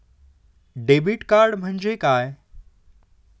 Debit card म्हणजे काय?